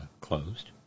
closed